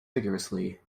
vigorously